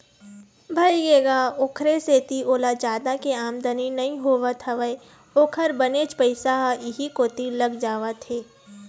भइगे गा ओखरे सेती ओला जादा के आमदानी नइ होवत हवय ओखर बनेच पइसा ह इहीं कोती लग जावत हे